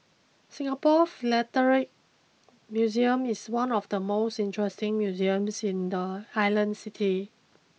Singapore Philatelic Museum is one of the most interesting museums in the island city